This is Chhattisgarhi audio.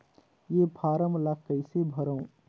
ये फारम ला कइसे भरो?